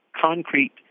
concrete